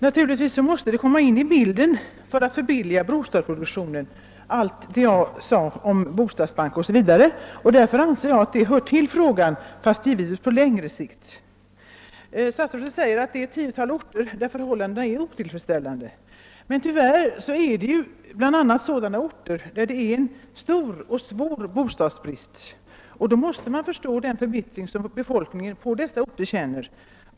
Herr talman! När det gäller att förbilliga bostadsproduktionen måste även det som jag sade om angelägenheten av en bostadsbank o.s.v. tas med i bilden. Det hör alltså till denna fråga, fastän givetvis på längre sikt. Statsrådet framhåller att förhållandena är otillfredsställande på endast ett tiotal orter. Men tyvärr finns det bland dessa även orter med en stor och svår bostadsbrist, och man måste förstå den förbittring befolkningen där känner.